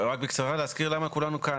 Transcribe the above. למה כולנו כאן.